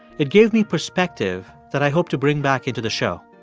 it gave me perspective that i hope to bring back into the show.